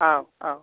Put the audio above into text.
औ औ